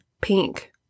pink